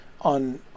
On